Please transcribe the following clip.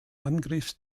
angriffs